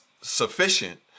sufficient